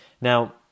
Now